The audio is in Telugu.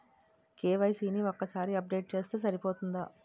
కే.వై.సీ ని ఒక్కసారి అప్డేట్ చేస్తే సరిపోతుందా?